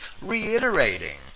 reiterating